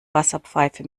wasserpfeife